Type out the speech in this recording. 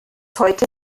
heute